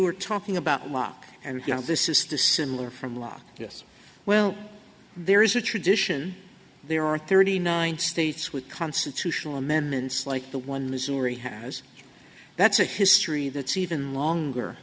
are talking about luck and this is dissimilar from locke yes well there is a tradition there are thirty nine states with constitutional amendments like the one missouri has that's a history that's even longer